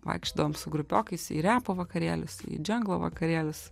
vaikščiodavom su grupiokais į repo vakarėlius dženglo vakarėlius